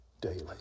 daily